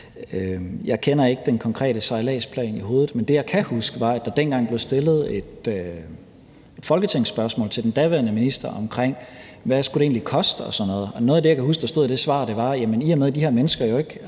Jeg kender ikke den konkrete sejladsplan i hovedet, men det, jeg kan huske, er, at der dengang blev stillet et folketingsspørgsmål til den daværende minister om, hvad det egentlig skulle koste og sådan noget. Og noget af det, jeg kan huske der stod i det svar, var, at i og med de her mennesker ikke